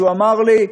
שהוא אמר לי,